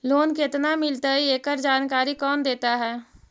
Loan केत्ना मिलतई एकड़ जानकारी कौन देता है?